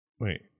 Wait